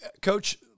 Coach